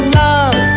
love